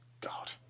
God